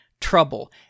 trouble